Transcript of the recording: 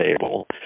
table